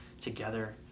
together